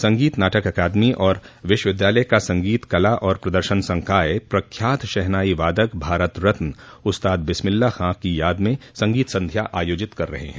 संगीत नाटक अकादमी और विश्वविद्यालय का संगीत कला और प्रदर्शन संकाय प्रख्यात शहनाई वादक भारत रत्न उस्ताद बिस्मिल्ला खान की याद में संगीत संध्या अयोजित कर रहे हैं